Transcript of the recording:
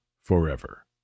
forever